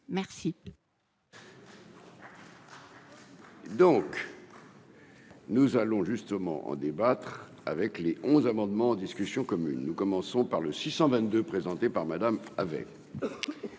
merci. Donc. Nous allons justement en débattre avec les 11 amendements en discussion commune nous commençons par le, 622 présentée par Madame avec.